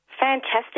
Fantastic